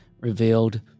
revealed